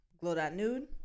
Glow.Nude